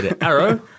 arrow